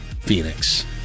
Phoenix